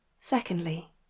Secondly